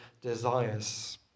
desires